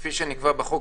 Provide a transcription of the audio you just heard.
כפי שנקבע בחוק.